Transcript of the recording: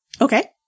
Okay